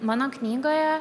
mano knygoje